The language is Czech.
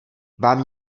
vám